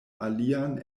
alian